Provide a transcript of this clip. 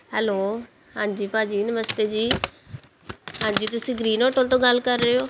hello ਹਾਂਜੀ ਭਾਅ ਜੀ ਨਮਸਤੇ ਜੀ ਹਾਂਜੀ ਤੁਸੀਂ ਗ੍ਰੀਨ ਹੋਟਲ ਤੋਂ ਗੱਲ ਕਰ ਰਹੇ ਹੋ